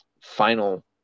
final